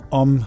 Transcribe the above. om